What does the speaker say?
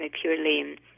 purely